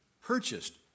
purchased